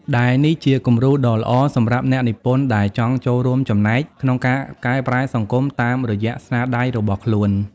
ដែលនេះជាគំរូដ៏ល្អសម្រាប់អ្នកនិពន្ធដែលចង់ចូលរួមចំណែកក្នុងការកែប្រែសង្គមតាមរយៈស្នាដៃរបស់ខ្លួន។